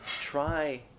try